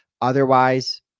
Otherwise